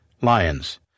Lions